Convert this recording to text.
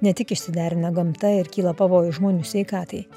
ne tik išsiderina gamta ir kyla pavojus žmonių sveikatai